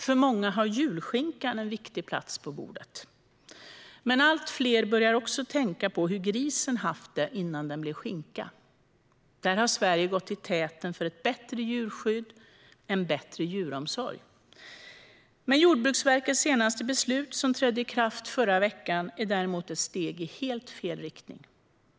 För många har julskinkan en viktig plats på bordet. Men allt fler börjar också tänka på hur grisen haft det innan den blev skinka. Sverige har gått i täten för ett bättre djurskydd och en bättre djuromsorg. Men Jordbruksverkets senaste beslut, som trädde i kraft i förra veckan, är däremot ett steg i helt fel riktning.